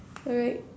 alright